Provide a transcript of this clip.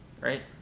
right